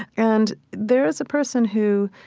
and there is a person who,